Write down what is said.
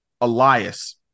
Elias